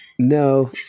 no